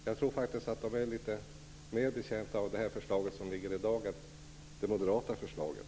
Jag tror faktiskt att de är mer betjänta av vårt förslag än av det moderata förslaget.